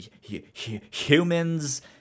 humans